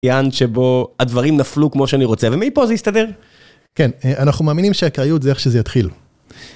שבו הדברים נפלו כמו שאני רוצה, ומפה זה יסתדר? כן, אנחנו מאמינים שאקראיות זה איך שזה יתחיל.